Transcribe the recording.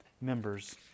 members